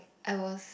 I was